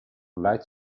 light